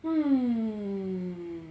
hmm